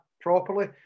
properly